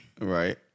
Right